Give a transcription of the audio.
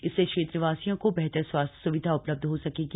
इससे क्षेत्रवासियों को बेहतर स्वास्थ्य स्विधा उपलब्ध हो सकेगी